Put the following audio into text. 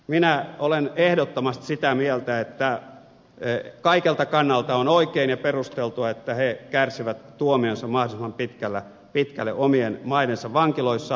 minä olen ehdottomasti sitä mieltä että kaikelta kannalta on oikein ja perusteltua että he kärsivät tuomionsa mahdollisimman pitkälle omien maidensa vankiloissa